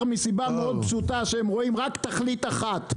מסיבה מאוד פשוטה שהם רואים רק תכלית אחת,